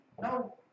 No